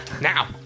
Now